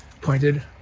pointed